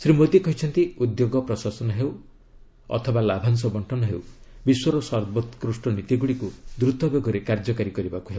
ଶ୍ରୀ ମୋଦୀ କହିଛନ୍ତି ଉଦ୍ୟୋଗ ପ୍ରଶାସନ ହେଉ ଅଥବା ଲାଭାଂଶ ବଙ୍କନ ହେଉ ବିଶ୍ୱର ସର୍ବୋକ୍ଷ୍ଟ ନୀତିଗୁଡ଼ିକୁ ଦ୍ରୁତ ବେଗରେ କାର୍ଯ୍ୟକାରୀ କରିବାକୁ ହେବ